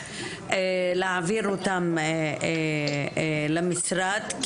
להעביר אותן למשרד.